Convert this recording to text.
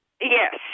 Yes